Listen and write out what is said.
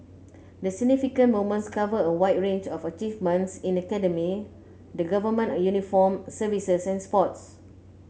the significant moments cover a wide range of achievements in academia the Government uniformed services and sports